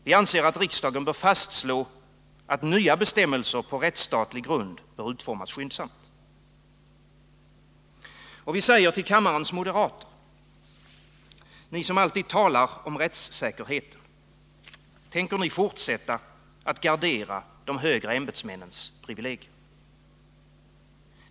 Vi anser att riksdagen bör fastslå att nya bestämmelser på rättsstatlig grund bör utformas skyndsamt. Vi säger till kammarens moderater: Ni som alltid talar om rättssäkerheten, tänker ni fortsätta att gardera de högre ämbetsmännens privilegier?